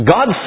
God